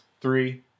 three